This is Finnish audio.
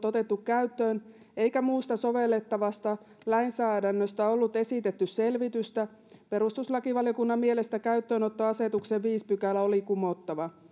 otettu käyttöön eikä muusta sovellettavasta lainsäädännöstä oltu esitetty selvitystä perustuslakivaliokunnan mielestä käyttöönottoasetuksen viides pykälä oli kumottava